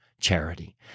charity